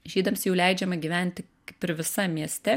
žydams jau leidžiama gyventi kaip ir visam mieste